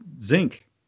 zinc